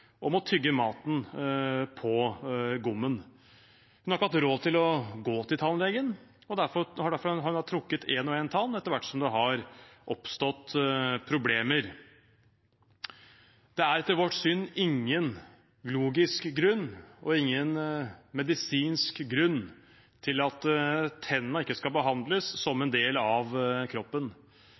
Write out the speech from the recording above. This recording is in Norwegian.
maten på gommen. Hun har ikke hatt råd til å gå til tannlegen og har derfor trukket en og en tann etter hvert som det har oppstått problemer. Det er etter vårt syn ingen logisk eller medisinsk grunn til at tennene ikke skal behandles som en del av kroppen.